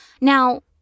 now